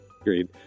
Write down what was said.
Agreed